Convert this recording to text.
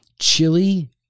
chili